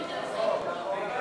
סעיפים 5 6, כהצעת הוועדה, נתקבלו.